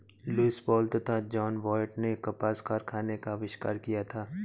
Lewis Paul तथा John Wyatt ने कपास कारखाने का आविष्कार किया था